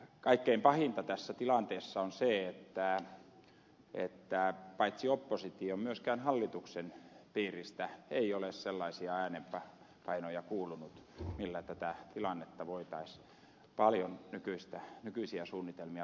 kaikkein pahinta tässä tilanteessa on se että paitsi opposition myöskään hallituksen piiristä ei ole sellaisia äänenpainoja kuulunut millä tätä tilannetta voitaisiin paljon nykyisiä suunnitelmia radikaalimmin toimin oikaista